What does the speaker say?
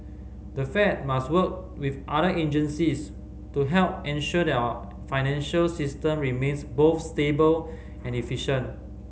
the Fed must work with other agencies to help ensure that our financial system remains both stable and efficient